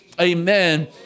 amen